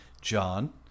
John